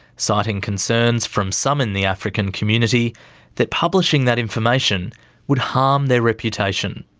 citing concerns from some in the african community that publishing that information would harm their reputation.